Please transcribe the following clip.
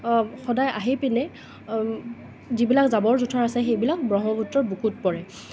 সদায় আহি পিনে যিবিলাক জাবৰ জোথৰ আছে সেইবিলাক ব্ৰহ্মপুত্ৰৰ বুকুত পৰে